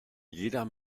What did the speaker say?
jeder